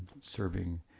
serving